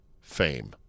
fame